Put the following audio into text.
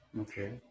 okay